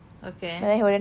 okay